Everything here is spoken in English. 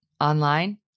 online